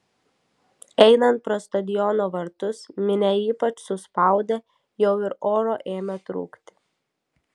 einant pro stadiono vartus minia ypač suspaudė jau ir oro ėmė trūkti